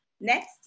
Next